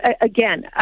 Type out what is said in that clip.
again